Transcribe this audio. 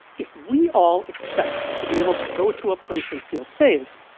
if we all expect to be able to go to a place and feel safe,